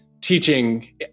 teaching